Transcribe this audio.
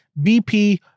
BP